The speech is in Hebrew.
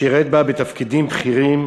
שירת בה בתפקידים בכירים,